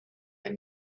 but